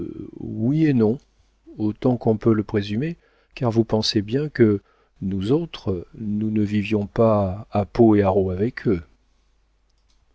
oui et non autant qu'on peut le présumer car vous pensez bien que nous autres nous ne vivions pas à pot et à rôt avec eux